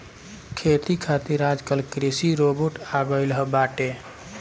खेती खातिर आजकल कृषि रोबोट आ गइल बाटे